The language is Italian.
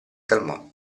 calmò